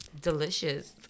Delicious